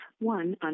one